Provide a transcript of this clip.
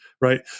right